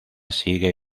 sigue